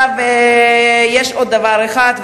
יש עוד דבר אחד,